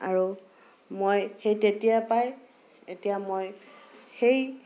আৰু মই সেই তেতিয়াৰ পৰাই এতিয়া মই সেই